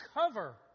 cover